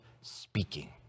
speaking